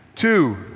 Two